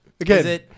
Again